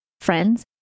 friends